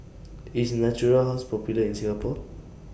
IS Natura House Popular in Singapore